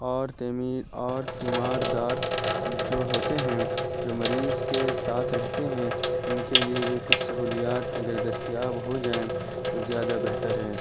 اور تیمیر اور تیماردار جو ہوتے ہیں جو مریض کے ساتھ رہتے ہیں ان کے لیے بھی کچھ سہولیات اگر دستیاب ہو جائیں تو زیادہ بہتر ہے